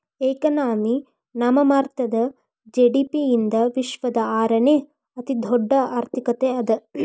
economy ನಾಮಮಾತ್ರದ GDP ಯಿಂದ ವಿಶ್ವದ ಆರನೇ ಅತಿದೊಡ್ಡ್ ಆರ್ಥಿಕತೆ ಅದ